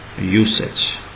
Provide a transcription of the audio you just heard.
usage